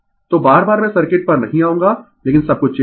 तो बार बार मैं सर्किट पर नहीं आऊंगा लेकिन सब कुछ चिह्नित है